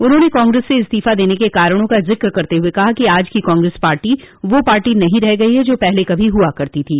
उन्होंने कांग्रेस से इस्तीफा देने के कारणों का जिक करते हुए कहा कि आज की कांग्रेस पार्टी वह पार्टी नहीं रह गयी है जो कभी पहले हुआ करती थी